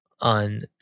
on